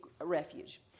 refuge